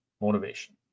motivation